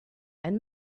and